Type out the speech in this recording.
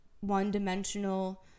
one-dimensional